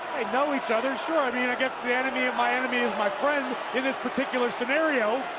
know each other, sure. i mean, i guess the enemy of my enemy is my friend in this particular scenario.